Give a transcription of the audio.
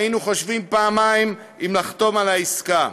היינו חושבים פעמיים אם לחתום על העסקה.